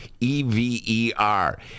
E-V-E-R